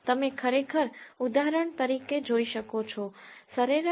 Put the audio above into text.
તમે ખરેખર ઉદાહરણ તરીકે જોઈ શકો છો સરેરાશ ટ્રીપ લેન્થ 19